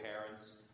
parents